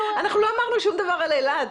אנחנו לא אמרנו שום דבר על אילת.